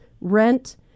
rent